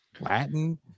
Latin